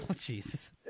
Jesus